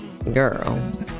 Girl